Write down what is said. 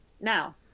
now